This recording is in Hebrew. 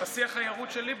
השיח הירוד של ליברמן.